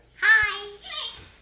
Hi